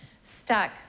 stuck